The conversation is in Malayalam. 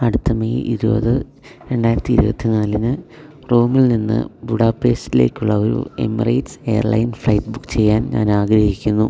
അടുത്ത മെയ് ഇരുപത് രണ്ടായിരത്തി ഇരുപത്തിനാലിന് റോമിൽ നിന്ന് ബുഡാപെസ്റ്റിലേക്കുള്ള ഒരു എമിറേറ്റ്സ് എയർലൈൻ ഫ്ലൈറ്റ് ബുക്ക് ചെയ്യാൻ ഞാൻ ആഗ്രഹിക്കുന്നു